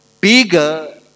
bigger